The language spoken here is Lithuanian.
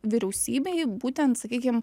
vyriausybei būtent sakykim